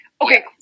Okay